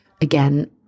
Again